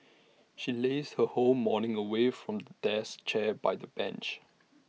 she lazed her whole morning away from desk chair by the beach